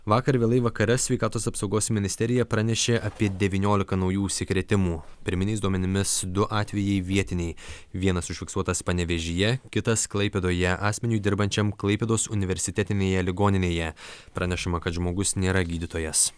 vakar vėlai vakare sveikatos apsaugos ministerija pranešė apie devyniolika naujų užsikrėtimų pirminiais duomenimis du atvejai vietiniai vienas užfiksuotas panevėžyje kitas klaipėdoje asmeniui dirbančiam klaipėdos universitetinėje ligoninėje pranešama kad žmogus nėra gydytojas